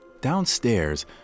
Downstairs